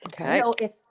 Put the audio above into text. Okay